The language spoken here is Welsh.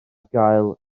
gael